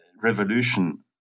revolution